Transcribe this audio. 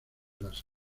las